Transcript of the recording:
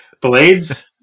Blades